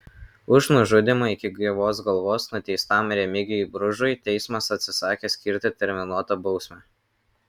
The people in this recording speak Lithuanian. už nužudymą iki gyvos galvos nuteistam remigijui bružui teismas atsisakė skirti terminuotą bausmę